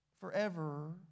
forever